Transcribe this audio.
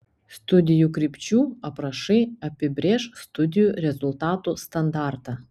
studijų krypčių aprašai apibrėš studijų rezultatų standartą